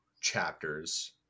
chapters